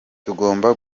tugomba